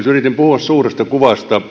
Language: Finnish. yritin puhua suuresta kuvasta